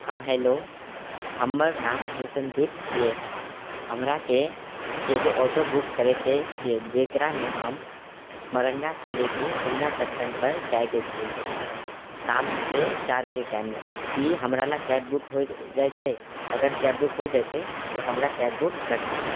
हँ हेलो हमर नाम रौशनदीप छिऐ हमराके एगो ऑटो बुक करएके छिऐ जेकरामे हम मौरङ्गा से लएके पूर्णियाँ जंक्शन पे जाइके छिऐ शामके चारि बजे टाइममे कि हमरा लए कैब बुक होइत जेतए अगर कैब बुक होइत जेतै तऽ हमरा कैब बुक करि दिऐ